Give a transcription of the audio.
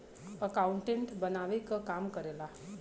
accountant बनावे क काम करेला